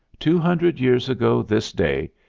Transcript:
two hundred years ago this day,